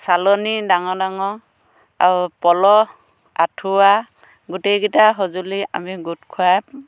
চালনি ডাঙৰ ডাঙৰ আৰু প'ল' আঁঠুৱা গোটেইকিটা সঁজুলি আমি গোট খুৱাই